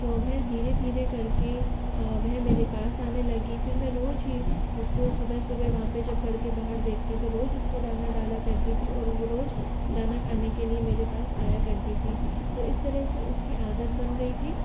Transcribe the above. तो वह धीरे धीरे करके वह मेरे पास आने लगी फ़िर मैं रोज ही उसको सुबह सुबह वहाँ पे जब घर के बाहर देखती तो रोज उसको दाना डाला करती थी और वो रोज दाना खाने के लिए मेरे पास आया करती थी तो इस तरह से उसकी आदत बन गई थी